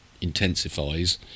intensifies